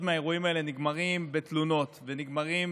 כנסת נכבדה,